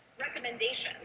recommendations